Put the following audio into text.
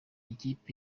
ikipe